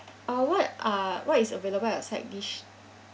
uh what are what is available as our side dish